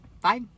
bye